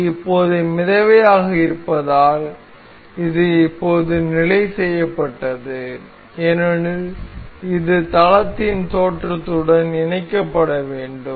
இது இப்போது மிதவையாக இருப்பதால் இது இப்போது நிலை செய்யப்பட்டது ஏனெனில் இது தளத்தின் தோற்றத்துடன் இணைக்கப்பட வேண்டும்